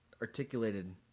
articulated